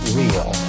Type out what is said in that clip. real